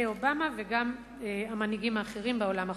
אובמה וגם המנהיגים האחרים בעולם החופשי.